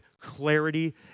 clarity